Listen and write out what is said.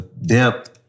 depth